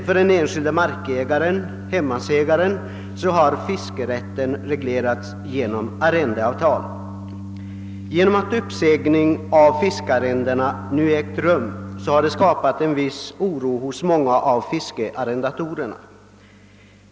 För den enskilde markägarenhemmansägaren har fiskerätten reglerats genom arrendeavtal. Genom att uppsägning av fiskearrendena nu ägt rum har det skapats en viss oro hos många av fiskearrendatorerna.